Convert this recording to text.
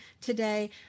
today